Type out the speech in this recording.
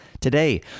Today